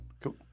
Cool